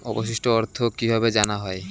অবশিষ্ট অর্থ কিভাবে জানা হয়?